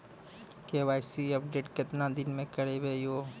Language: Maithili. के.वाई.सी अपडेट केतना दिन मे करेबे यो?